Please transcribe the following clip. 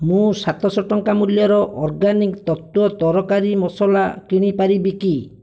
ମୁଁ ସାତଶହ ଟଙ୍କା ମୂଲ୍ୟର ଅର୍ଗାନିକ୍ ତତ୍ତ୍ଵ ତରକାରୀ ମସଲା କିଣି ପାରିବି କି